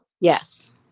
Yes